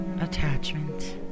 attachment